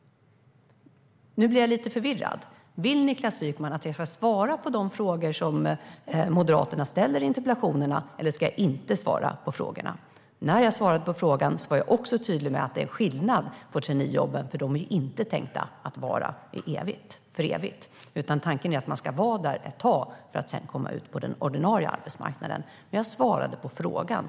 Jag blir lite förvirrad. Vill Niklas Wykman att jag ska svara på de frågor som Moderaterna ställer i interpellationerna, eller ska jag inte svara på frågorna? När jag svarade på frågan var jag också tydlig med att det är skillnad på traineejobben, för de är inte tänkta att vara för evigt. Tanken är att man ska vara där ett tag för att sedan komma ut på den ordinarie arbetsmarknaden. Jag svarade på frågan.